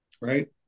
right